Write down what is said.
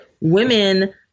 women